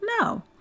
no